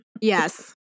Yes